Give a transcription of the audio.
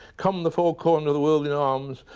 come the four corners the world in arms,